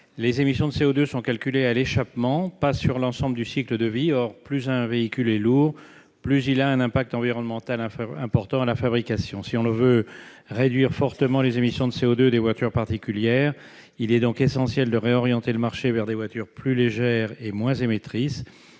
Les émissions de CO2 sont calculées à l'échappement et non sur l'ensemble du cycle de vie. Or, plus un véhicule est lourd, plus il a un impact environnemental important à la fabrication. Si l'on veut réduire fortement les émissions de CO2 des voitures particulières, il est donc essentiel de réorienter le marché vers des voitures plus légères et moins émettrices.